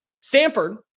Stanford